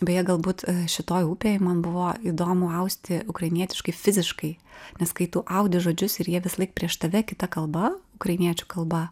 beje galbūt šitoj upėj man buvo įdomu austi ukrainietiškai fiziškai nes kai tu audi žodžius ir jie visąlaik prieš tave kita kalba ukrainiečių kalba